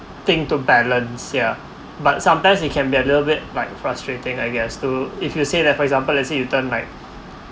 thing to balance sia but sometimes it can be a little bit like frustrating I guess to if you say that for example let's say you turn like